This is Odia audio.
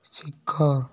ଶିଖ